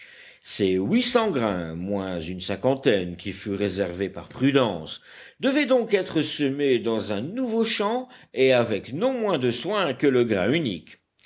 ces huit cents grains moins une cinquantaine qui furent réservés par prudence devaient donc être semés dans un nouveau champ et avec non moins de soin que le grain unique